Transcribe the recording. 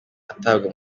atabwa